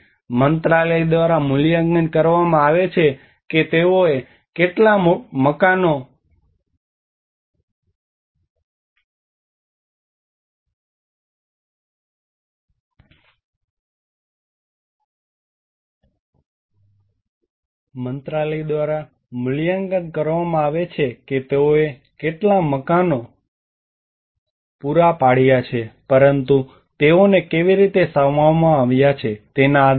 મંત્રાલય દ્વારા મૂલ્યાંકન કરવામાં આવે છે કે તેઓએ કેટલા મકાનો પૂરા પાડ્યા છે પરંતુ તેઓને કેવી રીતે સમાવવામાં આવ્યા છે તેના આધારે નહીં